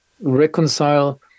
reconcile